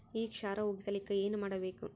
ಈ ಕ್ಷಾರ ಹೋಗಸಲಿಕ್ಕ ಏನ ಮಾಡಬೇಕು?